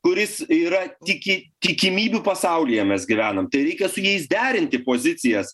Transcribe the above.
kuris yra tiki tikimybių pasaulyje mes gyvenam tai reikia su jais derinti pozicijas